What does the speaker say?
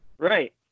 Right